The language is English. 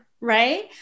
right